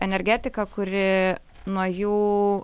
energetika kuri nuo jųų